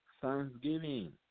thanksgiving